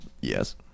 Yes